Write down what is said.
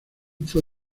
fue